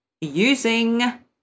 using